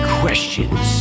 questions